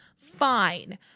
Fine